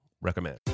recommend